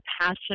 passion